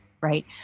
right